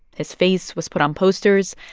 his face was put on posters,